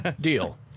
Deal